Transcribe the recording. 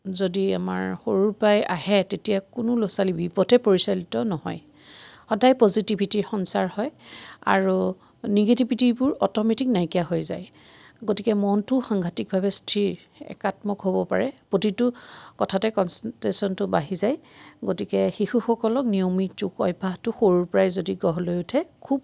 যদি আমাৰ সৰুৰ পৰাই আহে তেতিয়া কোনো ল'ৰা ছোৱালী বিপথে পৰিচালিত নহয় সদায় পজিটিভিটিৰ সঞ্চাৰ হয় আৰু নিগেটিভিটিবোৰ অ'টমেটিক নাইকিয়া হৈ যায় গতিকে মনটোও সাংঘাতিকভাৱে স্থিৰ একাত্মক হ'ব পাৰে প্ৰতিটো কথাতে কনচেনট্ৰেচনটো বাঢ়ি যায় গতিকে শিশুসকলক নিয়মিত যোগ অভ্যাগটো সৰুৰ পৰাই যদি গঢ় লৈ উঠে খুব